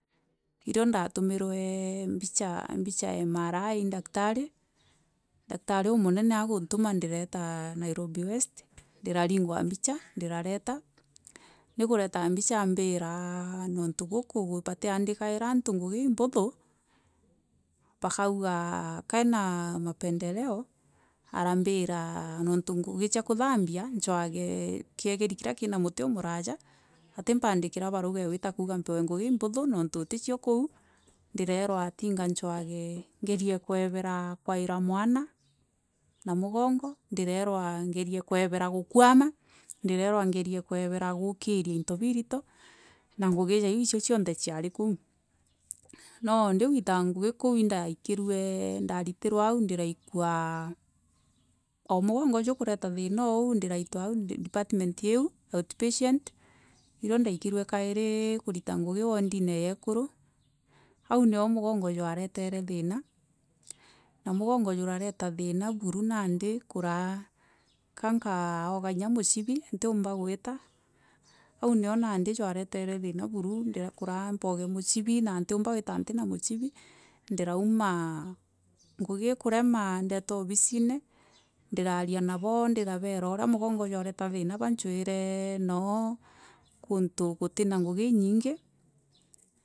Irio ndatumiirwe mbica e MRI i daktari. Daktari umunene aguntuma ndirueta Nairobi west ndirarigwa mbica ndirareeta ndikureta mbica aambira niuntu guku batiandikaira antu ngugi impothu bakauga kaena mapendeleo arambira niuntu ngugi cia kuthambia ncoage kiegeri kiria kiina muti jumu raaja antimpandikira baruga ikuuga mpewe ngugi empothu niuntu uticio kuo ndiraerwa ngerie kwebera kwairu mwana na mugongo ndiraerwa ngerie kuebera gukuama ndoreirwa ngerie kuebera guukiria into biirito na ngugi ja iu icio cionthe ciari kou no ndiguita ngugi kou indaikirue ndaiterwa au ndiraikwa o mugongo jwi kireta thiina o au ndiraikwa au department iu outpatient ivio ndaikirwe nandi kurita ngugi woodine ye ekuru au nio mugongo jwareetere thiina na mugongo jurareta thiina baru nandi kuraa nka nkaoga nandi muciibi ntiamba gwita au nio jwaretere thiina buru kuraa nkakauga muciibi ntiumba gwitu ntina muciibi ndirauma ngugi ikurema ndeeta obisine ndeeta ndira aria nabo ndabaeera uria mugongo jwareeta thiina bancoire noo guntu kutina ngugi enyinge.